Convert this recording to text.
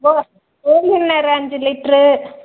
கோ Gold Winner அஞ்சு litre